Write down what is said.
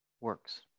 works